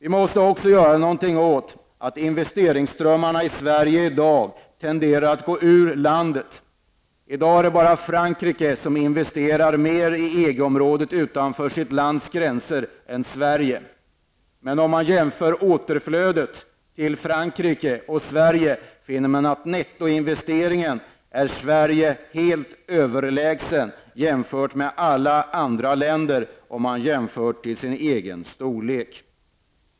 Vi måste också göra någonting åt det förhållandet att investeringsströmmarna i Sverige i dag tenderar att gå från landet. I dag är det bara Frankrike som investerar mer i EG-området utanför sitt lands gränser än Sverige. Ser man på återflödet till Frankrike och Sverige, finner man att Sverige är helt överlägset när det gäller nettoinvestering. Sverige ligger här före alla andra länder, om man tar hänsyn till landets storlek.